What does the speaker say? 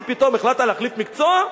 אם פתאום החלטת להחליף מקצוע,